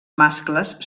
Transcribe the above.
mascles